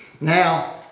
Now